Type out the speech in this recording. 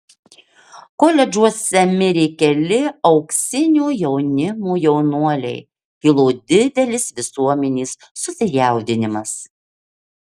koledžuose mirė keli auksinio jaunimo jaunuoliai kilo didelis visuomenės susijaudinimas